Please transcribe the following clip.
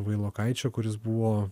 vailokaičio kuris buvo